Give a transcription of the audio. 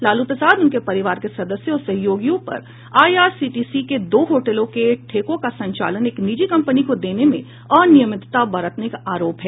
लालू प्रसाद उनके परिवार के सदस्यों और सहयोगियों पर आईआरसीटीसी के दो होटलों के ठेकों का संचालन एक निजी कंपनी को देने में अनियमितता बरतने का आरोप है